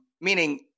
meaning